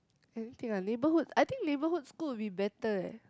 everything lah neighbourhood I think neighbourhood school will be better eh